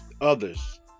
others